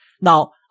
Now